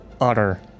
utter